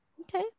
Okay